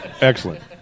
Excellent